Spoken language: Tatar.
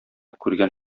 күргән